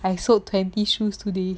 I sold twenty shoes today